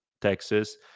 Texas